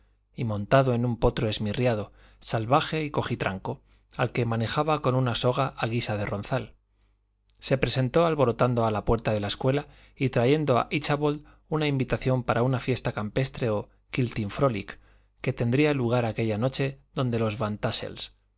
y montado en un potro esmirriado salvaje y cojitranco al que manejaba con una soga a guisa de ronzal se presentó alborotando a la puerta de la escuela y trayendo a íchabod una invitación para una fiesta campestre o quilting frolic que tendría lugar aquella noche donde los